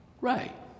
Right